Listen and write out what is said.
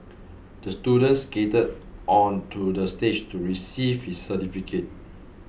the student skated onto the stage to receive his certificate